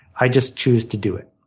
i just choose to do it.